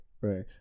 Right